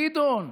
גדעון,